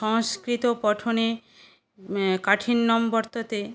संस्कृतपठने काठिन्यं वर्तते